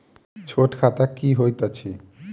छोट खाता की होइत अछि